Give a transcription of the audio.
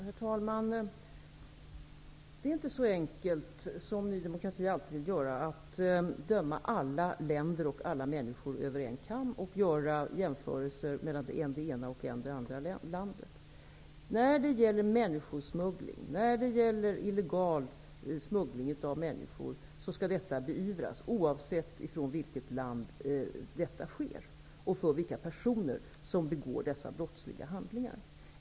Herr talman! Det är inte så enkelt, som Ny demokrati alltid vill göra det till, att man kan döma alla länder och alla människor över en kam och göra jämförelser mellan än det ena landet, än det andra. Illegal smuggling av människor skall beivras, oavsett från vilket land smugglingen utgår och vilka personer som begår dessa brottsliga handlingar.